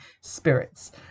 spirits